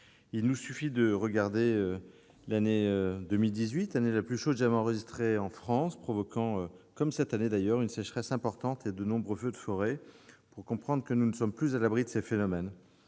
Il suffit de considérer l'année 2018, la plus chaude jamais enregistrée en France, marquée, comme d'ailleurs l'année 2019, par une sécheresse importante et de nombreux feux de forêt, pour comprendre que nous ne sommes plus à l'abri de ces phénomènes.